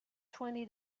twenty